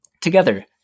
Together